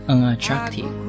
Unattractive